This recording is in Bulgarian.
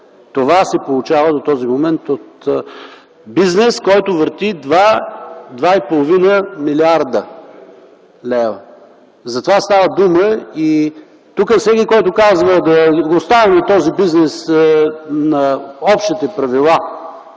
Това се получава до този момент от бизнес, който върти 2,5 млрд. лв.! За това става дума. Тук всеки, който казва „да оставим този бизнес на общите правила,